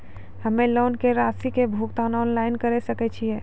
हम्मे लोन के रासि के भुगतान ऑनलाइन करे सकय छियै?